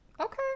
Okay